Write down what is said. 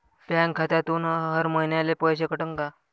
Bank खात्यातून हर महिन्याले पैसे कटन का?